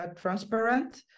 transparent